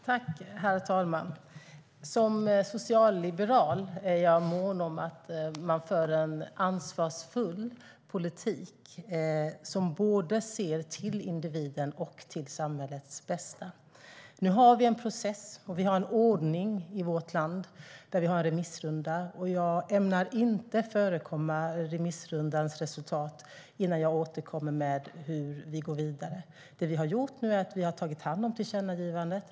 Herr talman! Som socialliberal är jag mån om att man för en ansvarsfull politik som ser till både individens och samhällets bästa. Nu har vi en process och en ordning med remissrunda. Jag ämnar inte förekomma remissrundans resultat innan jag återkommer med hur vi går vidare. Det vi nu har gjort är att vi har tagit hand om tillkännagivandet.